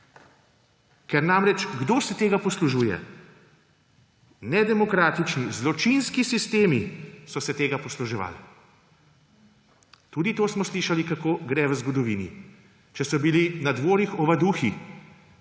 Ker namreč, kdo se tega poslužuje? Nedemokratični, zločinski sistemi so se tega posluževali. Tudi to smo slišali, kako gre v zgodovini. Če so bili na dvorih ovaduhi,